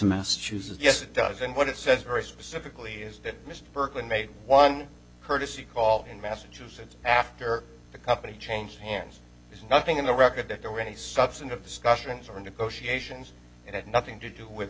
massachusetts yes it does and what it says very specifically is that mr berkley made one courtesy call in massachusetts after the company changed hands there's nothing in the record that there were any substantive discussions or negotiations and had nothing to do with